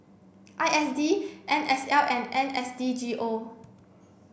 I S D N S L and N S D G O